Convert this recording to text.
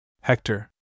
Hector